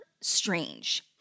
strange